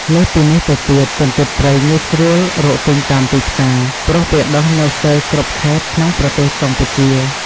លើសពីនេះទៅទៀត កន្ទួតព្រៃងាយស្រួលរកទិញតាមទីផ្សារ ព្រោះវាដុះនៅស្ទើរគ្រប់ខេត្តក្នុងប្រទេសកម្ពុជា